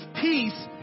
peace